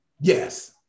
yes